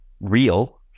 real